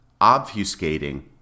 obfuscating